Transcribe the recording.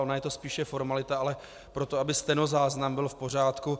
Ona je to spíše formalita, ale pro to, aby stenozáznam byl v pořádku.